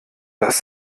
dass